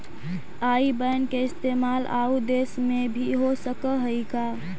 आई बैन के इस्तेमाल आउ देश में भी हो सकऽ हई का?